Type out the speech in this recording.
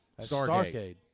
Starcade